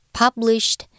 published